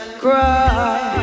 cry